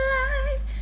life